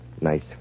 nice